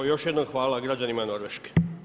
Još jednom hvala građanima Norveške.